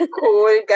cool